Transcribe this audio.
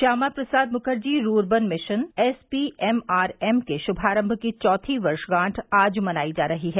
Shyama Prasad Mukherjee rurban mission S P M R M के श्भारंभ की चौथी वर्षगांठ आज मनाई जा रही है